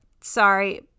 Sorry